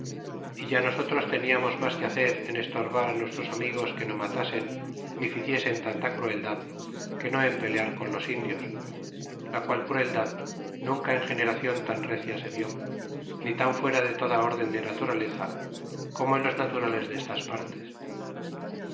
corazon ya nosotros teniamos mas que hacer en estorbar nuestros amigos que no matasen e ni ficiesen tanta crueldad que no en pelear con los indios la qual cm idad nunca en geberacion tan recia se vió ni tan fue ra dii toda orden de natur ileza como en loa naturales de estas partes